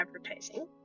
advertising